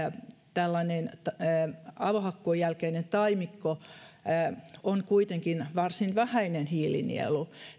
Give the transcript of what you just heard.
tällainen avohakkuun jälkeinen taimikko on kuitenkin varsin vähäinen hiilinielu